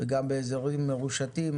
וגם באזורים מרושתים